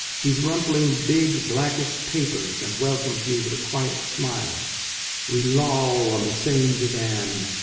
he's rumpling big, blackish papers and welcomes me with a quiet smile we loll on the same divan,